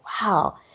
wow